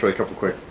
but couple quick.